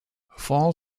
fall